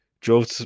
Drove